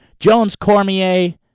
Jones-Cormier